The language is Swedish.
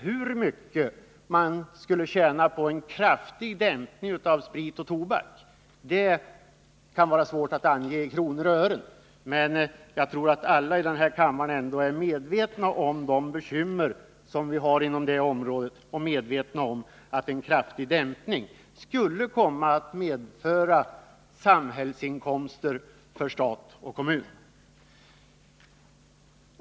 Hur mycket man skulle tjäna på en kraftig dämpning av förbrukningen av sprit och tobak kan det vara svårt att ange i kronor och ören, men jag tror att alla i den här kammaren är medvetna om de bekymmer som vi har inom det området och medvetna om att en kraftig minskning av förbrukningen skulle komma att medföra samhällsinkomster för både stat och kommun.